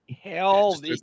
hell